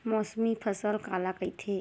मौसमी फसल काला कइथे?